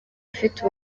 ufite